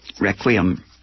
Requiem